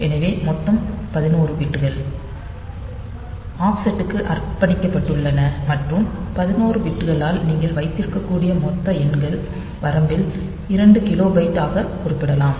எனவே மொத்த 11 பிட்கள் ஆஃப்செட் க்கு அர்ப்பணிக்கப்பட்டுள்ளன மற்றும் 11 பிட்களால் நீங்கள் வைத்திருக்கக்கூடிய மொத்த எண்கள் வரம்பில் 2 கிலோபைட் ஆகக் குறிப்பிடலாம்